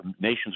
nations